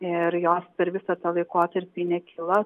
ir jos per visą tą laikotarpį nekilo